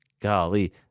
Golly